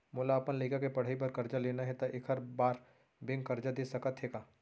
मोला अपन लइका के पढ़ई बर करजा लेना हे, त एखर बार बैंक करजा दे सकत हे का?